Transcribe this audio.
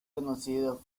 conocido